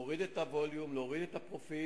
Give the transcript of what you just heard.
כרגע: להוריד את הווליום, להוריד את הפרופיל,